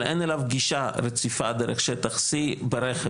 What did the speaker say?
אבל אין אליו גישה רציפה דרך שטח C ברכב.